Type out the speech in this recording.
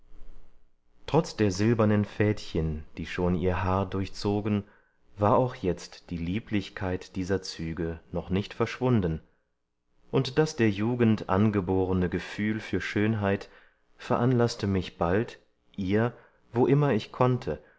trotz der silbernen fädchen die schon ihr haar durchzogen war auch jetzt die lieblichkeit dieser züge noch nicht verschwunden und das der jugend angeborene gefühl für schönheit veranlaßte mich bald ihr wo ich immer konnte